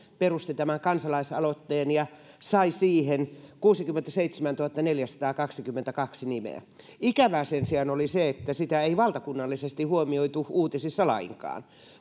perustivat tämän kansalaisaloitteen ja saivat siihen kuusikymmentäseitsemäntuhattaneljäsataakaksikymmentäkaksi nimeä ikävää sen sijaan oli se että sitä ei valtakunnallisesti huomioitu uutisissa lainkaan